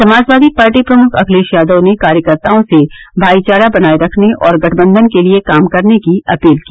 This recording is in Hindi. समाजवादी पार्टी प्रमुख अखिलेश यादव ने कार्यकर्ताओं से भाईचारा बनाए रखने और गठबंधन के लिए काम करने की अपील की